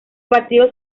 partidos